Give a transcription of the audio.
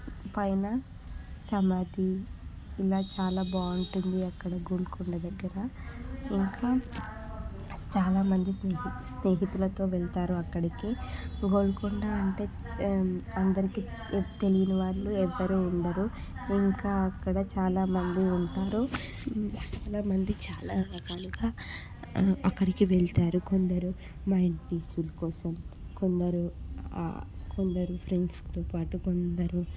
పైన సమాధి ఇలా చాలా బాగుంటుంది అక్కడ గోల్కొండ దగ్గర ఇంకా చాలా మంది స్నేహి స్నేహితులతో వెళతారు అక్కడికి గోల్కొండ అంటే అందరికీ తెలియని వాళ్ళు ఎవ్వరూ ఉండరు ఇంకా అక్కడ చాలా మంది ఉంటారు చాలా మంది చాలా రకాలుగా అక్కడికి వెళతారు కొందరు మైండ్ పీస్ఫుల్ కోసం కొందరు కొందరు ఫ్రెండ్స్తో పాటు కొందరు